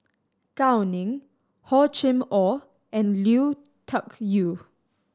Gao Ning Hor Chim Or and Lui Tuck Yew